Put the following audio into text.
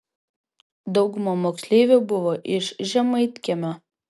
dauguma moksleivių buvo iš žemaitkiemio